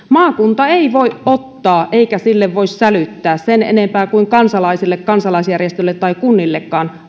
maakunta ei voi ottaa eikä sille voi sälyttää valtion vastuulle kuuluvia tehtäviä sen enempää kuin kansalaisille kansalaisjärjestöille tai kunnillekaan